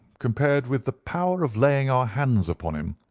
compared with the power of laying our hands upon him.